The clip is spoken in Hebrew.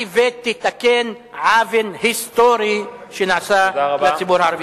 ותתקן עוול היסטורי שנעשה לציבור הערבי.